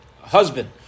husband